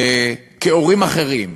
כהורים אחרים,